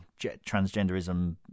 transgenderism